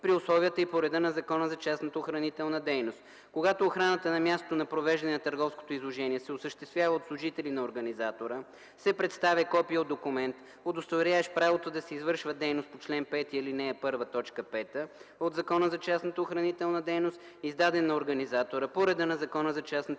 при условията и по реда на Закона за частната охранителна дейност. Когато охраната на мястото на провеждане на търговското изложение се осъществява от служители на организатора, се представя копие от документ, удостоверяващ правото да се извършва дейност по чл. 5, ал. 1, т. 5 от Закона за частната охранителна дейност, издаден на организатора по реда на Закона за частната